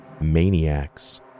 maniacs